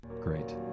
Great